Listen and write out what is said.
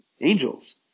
angels